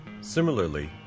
Similarly